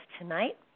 tonight